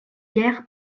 guerre